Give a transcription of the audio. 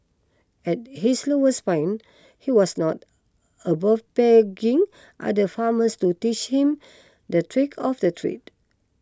at his lowest point he was not above begging other farmers to teach him the trick of the trade